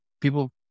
people